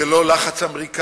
זה לא לחץ אמריקני.